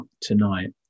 tonight